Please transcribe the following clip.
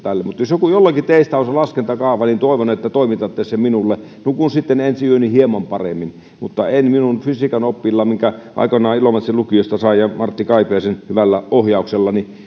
jos jollakin teistä on se laskentakaava niin toivon että toimitatte sen minulle nukun sitten ensi yöni hieman paremmin mutta minun fysiikan opillani minkä aikoinaan ilomantsin lukiosta sain martti kaipiaisen hyvällä ohjauksella